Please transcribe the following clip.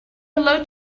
hello